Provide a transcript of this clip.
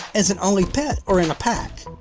as an only pet or in a pack.